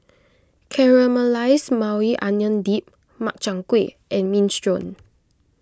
Caramelized Maui Onion Dip Makchang Gui and Minestrone